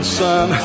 sun